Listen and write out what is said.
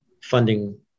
funding